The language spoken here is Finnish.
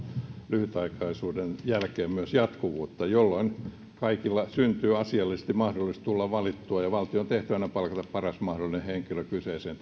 lyhytaikaisuuden jälkeen myös jatkuvuutta jolloin kaikilla syntyy asiallisesti mahdollisuus tulla valittua ja valtion tehtävänä on palkata paras mahdollinen henkilö kyseiseen